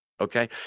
Okay